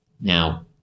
Now